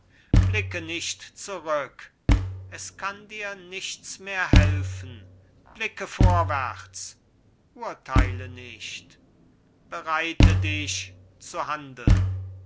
blicke nicht zurück es kann dir nichts mehr helfen blicke vorwärts urteile nicht bereite dich zu handeln